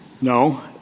No